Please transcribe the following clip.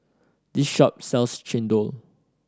this shop sells chendol